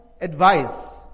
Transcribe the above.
advice